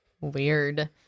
weird